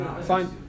fine